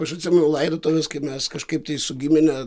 aš atsimenu laidotuves kai mes kažkaip tai su gimine